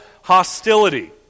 hostility